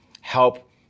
help